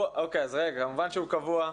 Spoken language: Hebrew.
כמובן שהוא קבוע.